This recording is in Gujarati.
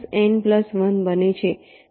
તે M N 1 બને છે